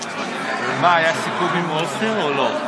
אתם רוצים לשמוע או לא?